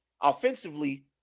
offensively